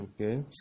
Okay